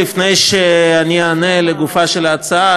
לפני שאני אענה לגופה של ההצעה,